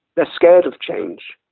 they're scared of change.